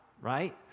right